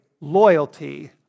loyalty